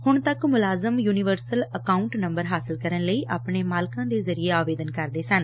ਹੁਣ ਤੱਕ ਮੁਲਾਜ਼ਮ ਯੁਨੀਵਰਸਲ ਅਕਾਂਉਂਟ ਨੰਬਰ ਹਾਸਲ ਕਰਨ ਲਈ ਆਪਣੇ ਮਾਲਕਾਂ ਦੇ ਜ਼ਰੀਏ ਆਵੇਦਨ ਕਰਦੇ ਸਨ